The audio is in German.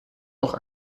noch